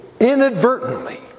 inadvertently